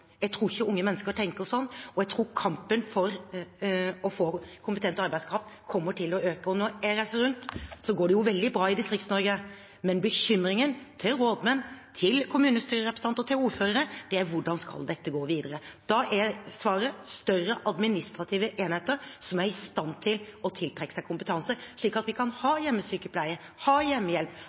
Jeg tror ikke unge mennesker tenker slik, og jeg tror kampen for å få kompetent arbeidskraft kommer til å øke. Når jeg reiser rundt, ser jeg at det går veldig bra i Distrikts-Norge. Men bekymringen til rådmenn, til kommunestyrerepresentanter og til ordførere er: Hvordan skal dette gå videre? Da er svaret større administrative enheter som er i stand til å tiltrekke seg kompetanse, slik at vi kan ha hjemmesykepleie, ha hjemmehjelp,